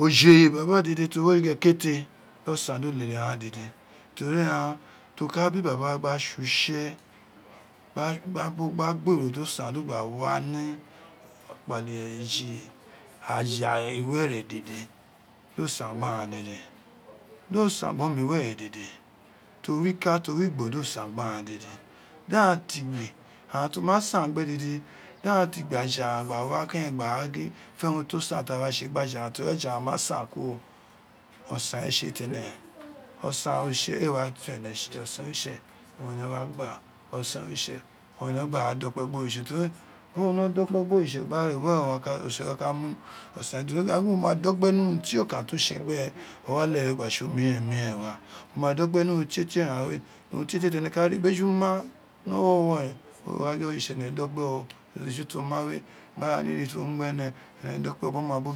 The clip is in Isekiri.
Ojoye ibaba dede to wi elake do san do leke aaghan dede teri aghan to ka bi babq gba tse utse gbo bo gba gbero do san do san do gba wa ni ekpale aja iwere dede do olo san gbe aghan dede do san gbe oma iwere dede to wika to wi gbo do san gbe aghan daghan ti gbi aghana to ma san gbe dede daghan tigbi aja aghan kere gba wa gin a fe wrun tosan taghan wa tse gba ja teri aja ghan mq san kuro osan re tse tere osan oritse ee wa juene tsi osan oritse owun ene wa gba o san oritse owun ene wa gja dokpe gbe oritse teri wo biri wo no dokpe gbori tse gba re were oritse wa kaa agin wo ma dokpe ni urun tie okan totse gbere o wa lghe gba tse omiren miren wa de kpe revwim titie ghan we urun tietiw tene ka ro beju ma ni owurowuro ren wo wa gin ara nini ti wo ma gbe